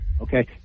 okay